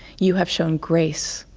you have shown grace,